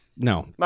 No